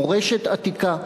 מורשת עתיקה,